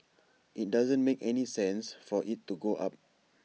IT doesn't make any sense for IT to go up